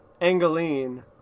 Angeline